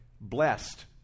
blessed